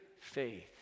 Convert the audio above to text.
faith